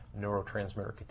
neurotransmitter